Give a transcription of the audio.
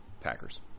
Packers